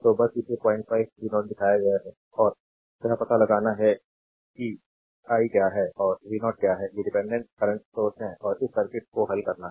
तो बस इसे 05 v0 दिखाया गया है और यह पता लगाना है कि i क्या है और v0 क्या है ये डिपेंडेंट करंट सोर्स हैं और इस सर्किट को हल करना है